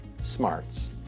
smarts